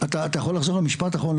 אתה יכול לחזור על המשפט האחרון.